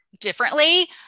differently